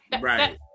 right